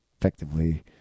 effectively